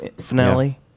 Finale